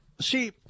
see